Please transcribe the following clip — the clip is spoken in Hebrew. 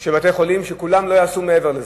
של בתי-חולים, שכולם לא יעשו מעבר לזה.